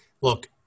Look